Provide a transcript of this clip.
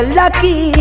lucky